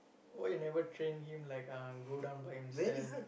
why you never train him like uh go down by himself